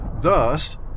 Thus